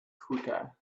ceuta